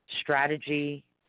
strategy